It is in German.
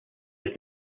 ich